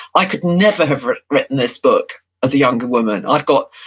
i could never have written this book as a younger woman. i've got,